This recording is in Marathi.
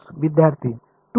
विद्यार्थी 2 1